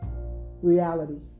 reality